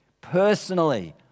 personally